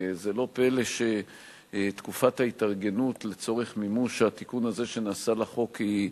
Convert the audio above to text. זה לא פלא שתקופת ההתארגנות לצורך מימוש התיקון הזה שנעשה לחוק היא,